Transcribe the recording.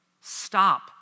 Stop